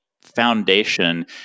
foundation